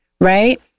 right